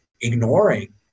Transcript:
ignoring